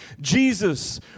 Jesus